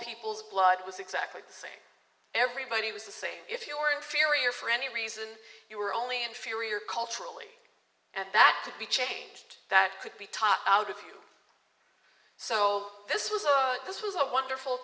peoples blood was exactly the same everybody was the same if you are inferior for any reason you were only inferior culturally and that could be changed that could be taught out of you so this was a this was a wonderful